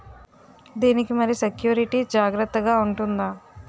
దీని కి మరి సెక్యూరిటీ జాగ్రత్తగా ఉంటుందా?